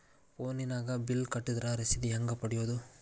ಫೋನಿನಾಗ ಬಿಲ್ ಕಟ್ಟದ್ರ ರಶೇದಿ ಹೆಂಗ್ ಪಡೆಯೋದು?